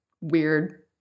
weird